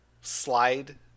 Slide